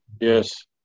Yes